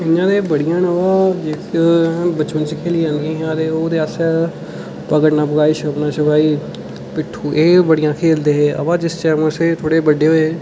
इ'यां ते बड़ियां न ओह् किश जे बचपन च खेढियां जंदियां हियां ओह्दे आस्तै पकड़ना पकड़ाई छुप्पन छुपाई पिट्ठू एह् बड़ियां खेढ़दे हे बा जिस टाईम अस थोह्ड़े बड्डे होये